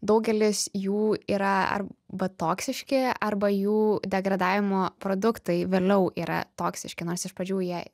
daugelis jų yra arba toksiški arba jų degradavimo produktai vėliau yra toksiški nors iš pradžių jie